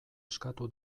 eskatu